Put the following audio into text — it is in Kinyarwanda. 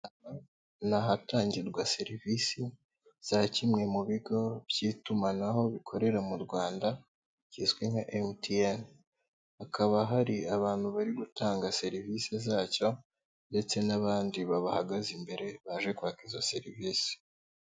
Aha ni ahatangirwa serivisi za kimwe mu bigo by'itumanaho bikorera mu Rwanda kizwi nka MTN, hakaba hari abantu bari gutanga serivisi zacyo ndetse n'abandi babahagaze imbere baje kwaka izo serivisi.